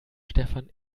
stefan